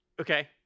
Okay